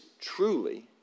truly